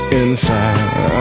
inside